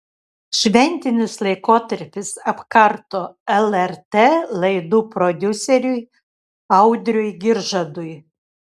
šventinis laikotarpis apkarto lrt laidų prodiuseriui audriui giržadui